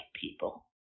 people